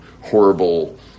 horrible